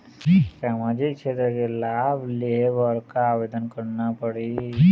सामाजिक क्षेत्र के लाभ लेहे बर का आवेदन करना पड़ही?